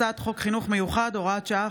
הצעת חוק חינוך מיוחד (הוראת שעה,